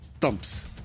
thumps